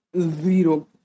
zero